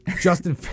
Justin